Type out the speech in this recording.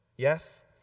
Yes